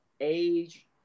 age